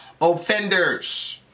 offenders